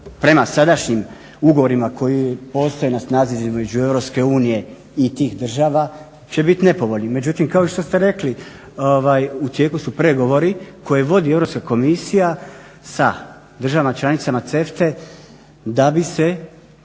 prema sadašnjim ugovorima koji postoje na snazi između EU i tih država će biti nepovoljni. Međutim, kao i što ste rekli u tijeku su pregovori koje vodi Europska komisija sa državama članicama CEFTA-e da bi se